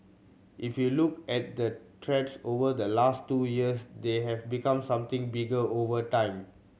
if you look at the threats over the last two years they have become something bigger over time